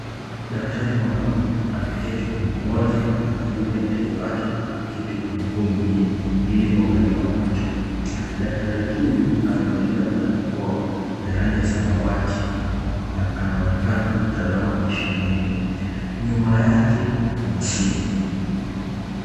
Daktari mwanaume ameketi upande mmoja na yule mteja wake ameketi upande huu mwingine ili kuangaliwa macho. Daktari huyu amevalia barakoa ya rangi ya samawati na anaonekana kutazama mashini ile. Nyuma yake kuna simu.